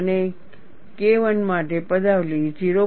અને KI માટે પદાવલિ 0